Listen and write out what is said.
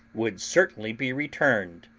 would certainly be returned,